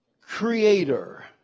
creator